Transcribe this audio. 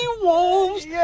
wolves